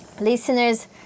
listeners